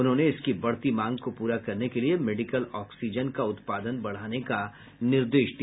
उन्होंने इसकी बढ़ती मांग को पूरा करने के लिए मेडिकल ऑक्सीजन का उत्पादन बढ़ाने का निर्देश दिया